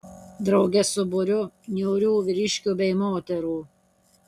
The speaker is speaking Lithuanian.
drauge su būriu niūrių vyriškių bei moterų